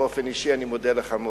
באופן אישי אני מודה לך מאוד.